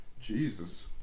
Jesus